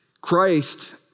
christ